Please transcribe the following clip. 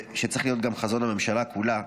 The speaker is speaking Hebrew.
שצריך להיות גם חזון הממשלה כולה,